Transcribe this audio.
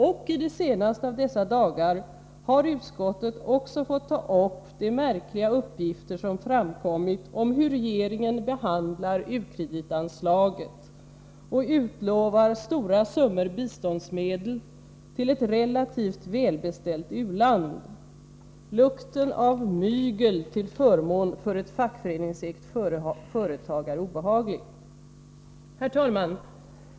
I de senaste av dessa dagar har utskottet också fått ta upp de märkliga uppgifter som framkommit om hur regeringen behandlar ukreditanslaget och utlovat stora summor biståndsmedel till ett relativt välbeställt u-land. Lukten av mygel till förmån för ett fackföreningsägt företag är obehaglig. Herr talman!